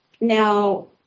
now